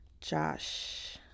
Josh